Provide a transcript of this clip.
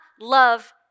love